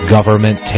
Government